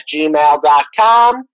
gmail.com